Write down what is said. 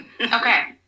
Okay